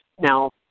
Now